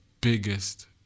biggest